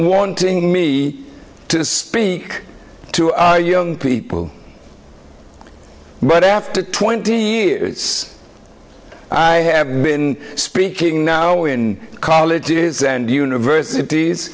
wanting me to speak to young people but after twenty years i have been speaking now in colleges and universities